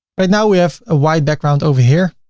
right now, we have a white background over here